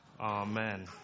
Amen